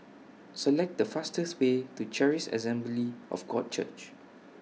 Select The fastest Way to Charis Assembly of God Church